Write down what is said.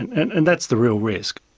and and that's the real risk.